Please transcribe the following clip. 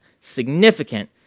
significant